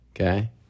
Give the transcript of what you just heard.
okay